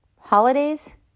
holidays